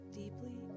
deeply